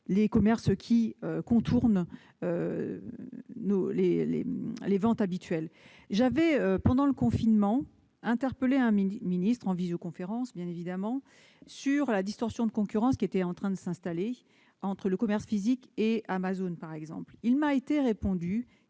les commerces qui contournent les ventes habituelles. Pendant le confinement, j'ai interpellé un ministre- en visioconférence, bien évidemment -sur la distorsion de concurrence qui était en train de s'installer entre le commerce physique et, notamment, Amazon. Il m'a été répondu